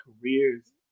careers